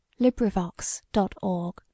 LibriVox.org